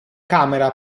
camera